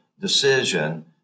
decision